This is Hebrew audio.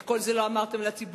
את כל זה לא אמרתם לציבור.